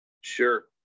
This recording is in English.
Sure